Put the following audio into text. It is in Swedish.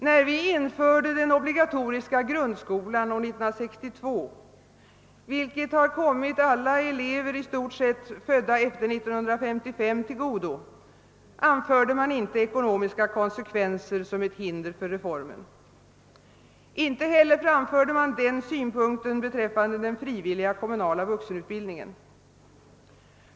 När vi införde den obligatoriska grundskolan år 1962, vilken i stort sett har kommit alla elever födda efter 1955 till godo, anförde man inte ekonomiska konsekvenser som ett hinder för reformen. Inte heller framfördes den synpunkten beträffande den frivilliga kommunala vuxenutbildningen.